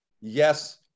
yes